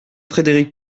frédéric